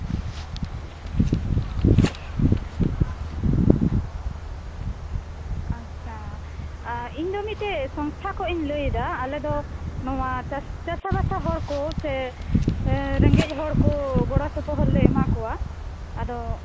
ᱟᱪᱪᱷᱟ ᱤᱧᱫᱚ ᱢᱤᱫᱴᱮᱱ ᱥᱚᱝᱥᱛᱷᱟ ᱠᱷᱚᱱᱤᱧ ᱞᱟᱹᱭᱮᱫᱟ ᱟᱞᱮᱫᱚ ᱱᱚᱣᱟ ᱪᱟᱥᱟᱼᱵᱟᱥᱟ ᱦᱚᱲ ᱠᱚ ᱥᱮ ᱨᱮᱸᱜᱮᱡ ᱦᱚᱲ ᱠᱚ ᱜᱚᱲᱚ ᱥᱚᱯᱚᱦᱚᱫᱞᱮ ᱮᱢᱟᱠᱚᱣᱟ ᱟᱫᱚ